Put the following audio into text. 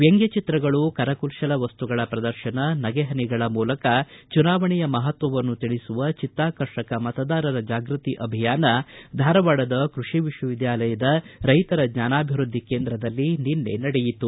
ವ್ಣಂಗ್ಯ ಚಿತ್ರಗಳು ಕರಕುಶಲ ವಸ್ತುಗಳ ಪ್ರದರ್ಶನ ನಗೆಹನಿಗಳ ಮೂಲಕ ಚುನಾವಣೆಯ ಮಹತ್ವವನ್ನು ತಿಳಿಸುವ ಚಿತ್ತಾಕರ್ಷಕ ಮತದಾರರ ಜಾಗೃತಿ ಅಭಿಯಾನ ಧಾರವಾಡದ ಕೃಷಿ ವಿಶ್ವವಿದ್ಯಾಲಯದ ರೈತರ ಜ್ವಾನಾಭಿವೃದ್ದಿ ಕೇಂದ್ರದಲ್ಲಿ ನಿನ್ನೆ ನಡೆಯಿತು